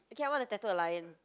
okay I want to tattoo a lion